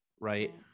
right